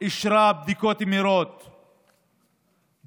אישרה בדיקות מהירות במיליארדים,